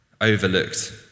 overlooked